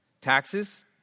Taxes